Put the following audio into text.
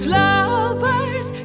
lovers